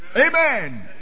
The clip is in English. Amen